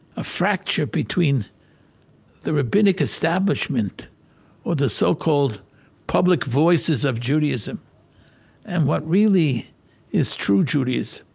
a fracture between the rabbinic establishment or the so called public voices of judaism and what really is true judaism.